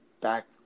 back